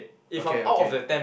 okay okay